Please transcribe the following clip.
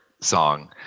song